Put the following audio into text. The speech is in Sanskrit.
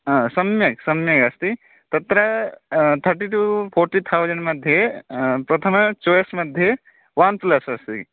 हा सम्यक् सम्यगस्ति तत्र तर्टि टु फ़ोर्टि थौसण्ड् मध्ये प्रथमं चोय्स् मध्ये वान् प्लस् अस्ति